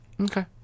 Okay